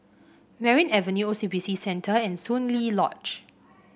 Merryn Avenue O C B C Centre and Soon Lee Lodge